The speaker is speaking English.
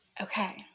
Okay